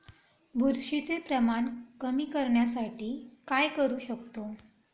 बुरशीचे प्रमाण कमी करण्यासाठी काय करू शकतो?